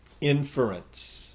inference